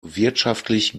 wirtschaftlich